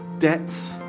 debts